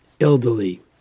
elderly